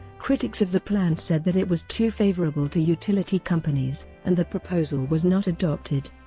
critics of the plan said that it was too favorable to utility companies, and the proposal was not adopted.